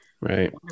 Right